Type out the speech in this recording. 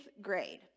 grade